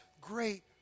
great